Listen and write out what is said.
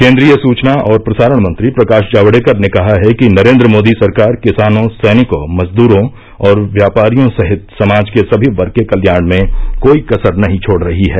केन्द्रीय सूचना और प्रसारण मंत्री प्रकाश जावडेकर ने कहा है कि नरेन्द्र मोदी सरकार किसानों सैनिकों मजदूरों और व्यापारियों सहित समाज के सभी वर्ग के कल्याण में कोई कसर नहीं छोड़ रही है